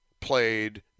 played